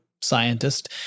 scientist